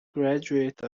graduate